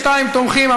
62 תומכים.